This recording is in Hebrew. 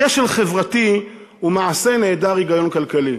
כשל חברתי ומעשה נעדר היגיון כלכלי.